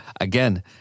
again